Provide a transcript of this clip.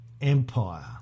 Empire